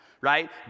right